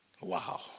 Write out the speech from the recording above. Wow